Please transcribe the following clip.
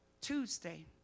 Tuesday